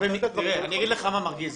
יוסי, אני אגיד לך מה מרגיז.